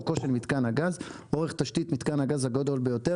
"אורכו של מיתקן הגז" אורך תשתית מיתקן הגז הגדול ביותר